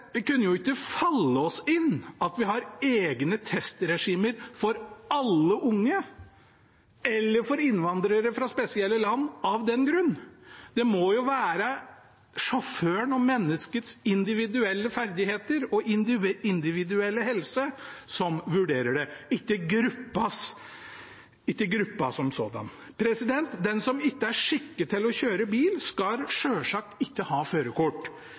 kunne jo ikke falle oss inn å ha egne testregimer for alle unge eller for innvandrere fra spesielle land av den grunn. Det må være sjåføren og menneskets individuelle ferdigheter og individuelle helse som skal vurderes, ikke gruppa som sådan. Den som ikke er skikket til å kjøre bil, skal selvsagt ikke ha førerkort,